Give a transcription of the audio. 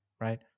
right